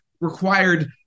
required